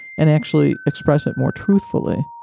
and actually express it more truthfully,